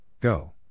go